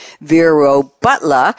Vero-Butler